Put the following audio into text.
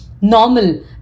normal